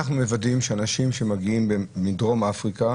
מוודאים שאנשים שמגיעים מדרום אפריקה,